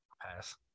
Pass